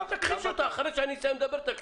היה